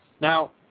Now